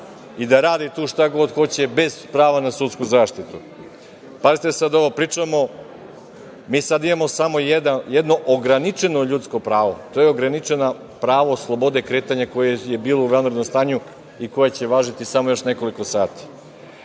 i da radi tu šta god hoće bez prava na sudsku zaštitu. Pazite sada ovo, pričamo, mi sad imamo jedno ograničeno ljudsko pravo, to je ograničeno pravo slobode kretanja koje je bilo u vanrednom stanju i koje će važiti samo još nekoliko